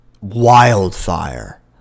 wildfire